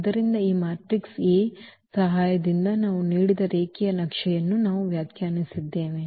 ಆದ್ದರಿಂದ ಈ matrix A ಸಹಾಯದಿಂದ ನಾವು ನೀಡಿದ ರೇಖೀಯ ನಕ್ಷೆಯನ್ನು ನಾವು ವ್ಯಾಖ್ಯಾನಿಸಿದ್ದೇವೆ